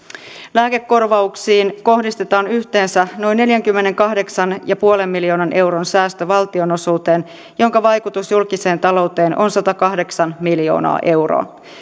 lääkekorvauksiin kohdistetaan yhteensä noin neljänkymmenenkahdeksan pilkku viiden miljoonan euron säästö valtionosuuteen ja sen vaikutus julkiseen talouteen on satakahdeksan miljoonaa euroa